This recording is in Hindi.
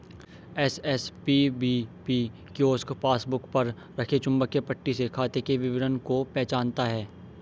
एस.एस.पी.बी.पी कियोस्क पासबुक पर रखे चुंबकीय पट्टी से खाते के विवरण को पहचानता है